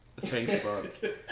Facebook